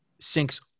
Sinks